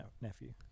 nephew